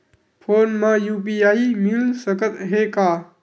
Phone मा UPI मिल सकत हे का?